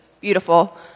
beautiful